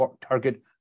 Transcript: target